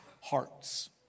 hearts